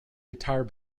guitar